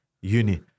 uni